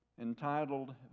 entitled